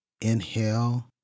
Inhale